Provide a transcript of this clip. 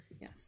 yes